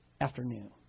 afternoon